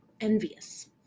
envious